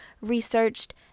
researched